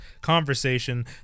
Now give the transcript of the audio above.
conversation